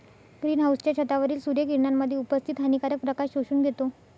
green हाउसच्या छतावरील सूर्य किरणांमध्ये उपस्थित हानिकारक प्रकाश शोषून घेतो